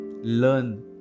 Learn